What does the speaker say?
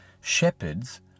Shepherds